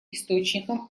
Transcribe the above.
источником